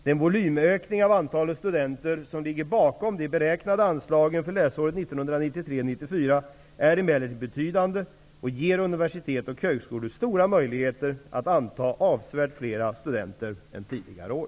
Den volymökning av antalet studenter som ligger bakom de beräknade anslagen för läsåret 1993/94 är emellertid betydande och ger universitet och högskolor stora möjligheter att anta avsevärt flera studenter än tidigare år.